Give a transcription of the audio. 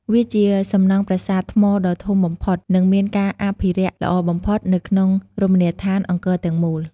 វាជាសំណង់ប្រាសាទថ្មដ៏ធំបំផុត និងមានការអភិរក្សល្អបំផុតនៅក្នុងរមណីយដ្ឋានអង្គរទាំងមូល។